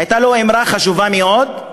הייתה לו אמרה חשובה מאוד,